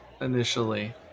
initially